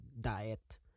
Diet